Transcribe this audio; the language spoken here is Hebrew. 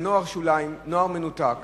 זה נוער שוליים, נוער מנותק